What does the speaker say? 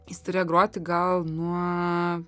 jis turėjo groti gal nuo